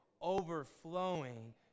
overflowing